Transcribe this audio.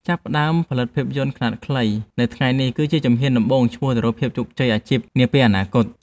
ចាប់ផ្ដើមផលិតភាពយន្តខ្នាតខ្លីនៅថ្ងៃនេះគឺជាជំហានដំបូងឆ្ពោះទៅរកភាពជាអាជីពនាពេលអនាគត។